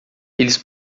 eles